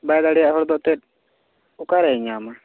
ᱵᱟᱭ ᱫᱟᱲᱮᱭᱟᱜ ᱦᱚᱲ ᱫᱚ ᱛᱮᱫ ᱚᱠᱟᱨᱮ ᱧᱟᱢᱟᱭ